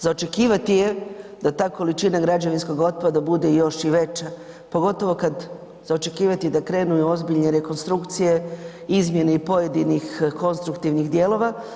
Za očekivati je da ta količina građevinskog otpada bude još i veća, pogotovo kad za očekivat je da krenu i ozbiljne rekonstrukcije, izmjene i pojedinih konstruktivnih dijelova.